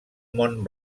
mont